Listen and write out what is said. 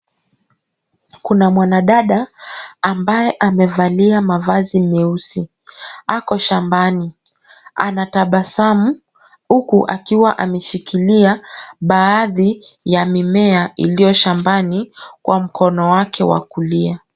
Kuna mwanadada ambaye amevalia mavazi meusi ako shambani ,anatabasamu huku akiwa ameshikilia baadhi ya mimea iliyo shambani kwa mkono wake wa kulia .